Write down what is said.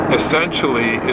essentially